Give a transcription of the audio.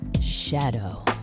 shadow